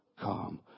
come